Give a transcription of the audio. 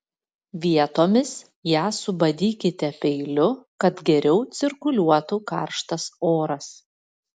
vietomis ją subadykite peiliu kad geriau cirkuliuotų karštas oras